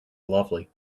lovely